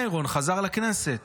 מירון חזר לכנסת,